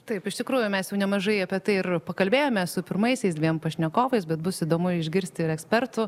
taip iš tikrųjų mes jau nemažai apie tai ir pakalbėjome su pirmaisiais dviem pašnekovais bet bus įdomu išgirsti ir ekspertų